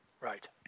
Right